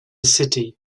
city